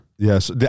Yes